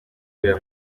kubera